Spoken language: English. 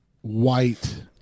White